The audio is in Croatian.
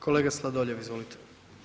Kolega Sladoljev, izvolite.